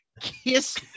kiss